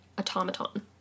automaton